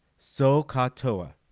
soh-cah-toa